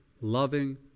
loving